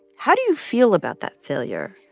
how do you feel about that failure?